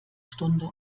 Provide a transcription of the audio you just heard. stunde